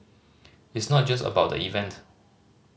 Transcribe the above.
it's not just about the event